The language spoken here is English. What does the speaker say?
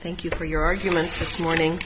thank you for your arguments morning